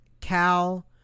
Cal